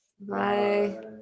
Bye